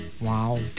wow